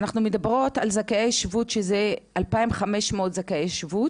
אנחנו מדברות על זכאי שבות, שהם 2,500 זכאי שבות,